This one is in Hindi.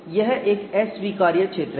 यह एक अस्वीकार्य क्षेत्र है